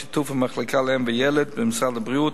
בשיתוף עם המחלקה לאם ולילד במשרד הבריאות,